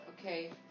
Okay